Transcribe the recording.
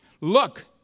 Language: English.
Look